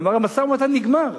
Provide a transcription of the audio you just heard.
הוא אמר: המשא-ומתן נגמר,